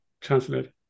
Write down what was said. translate